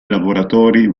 lavoratori